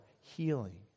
healing